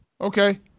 Okay